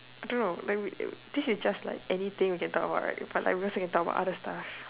I don't know like this is just like anything we can talk about right but I realize we can talk about other stuff